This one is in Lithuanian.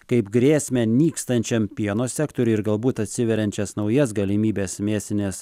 kaip grėsmę nykstančiam pieno sektoriui ir galbūt atsiveriančias naujas galimybes mėsinės